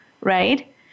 right